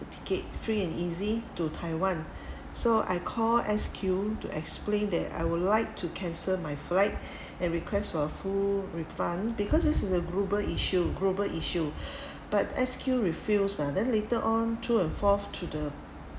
ticket free and easy to taiwan so I call S_Q to explain that I would like to cancel my flight and request for a full refund because this is a global issue global issue but S_Q refused lah then later on through and forth to the